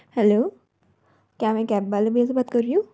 hello क्या मैं cab वाले भैया से बात कर रही हूँ